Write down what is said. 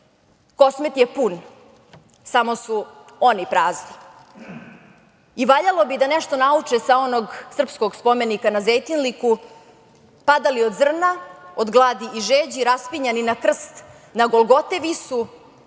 Kosmet je pun, samo su oni prazni. I valjalo bi da nešto nauče sa onog srpskog spomenika na Zejtinliku, padali od zrna, od gladi i žeđi, raspinjani na krst, na golgote visu,